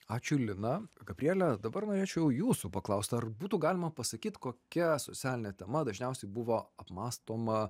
ačiū lina gabriele dabar norėčiau jūsų paklaust ar būtų galima pasakyt kokia sosialinė tema dažniausiai buvo apmąstoma